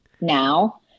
now